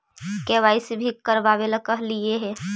KYC भी करवावेला कहलिये हे?